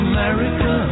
America